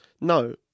No